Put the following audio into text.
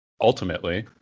ultimately